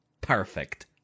perfect